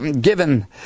given